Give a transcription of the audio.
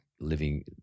living